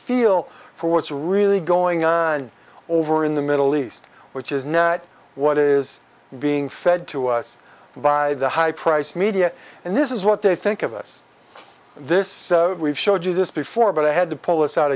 feel for what's really going on over in the middle east which is now what is being fed to us by the high price media and this is what they think of us this we've showed you this before but i had to pull this out